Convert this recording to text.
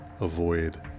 avoid